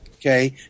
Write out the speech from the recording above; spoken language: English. okay